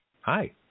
Hi